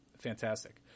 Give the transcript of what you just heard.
fantastic